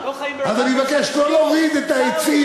אתם לא חיים אז אני מבקש לא להוריד את העצים,